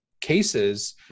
cases